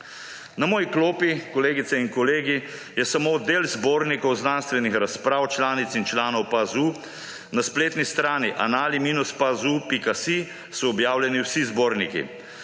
Na moji klopi, kolegice in kolegi, je samo del zbornikov znanstvenih razprav članic in članov PAZU. Na spletni strani anali-pazu.si so objavljeni vsi zborniki.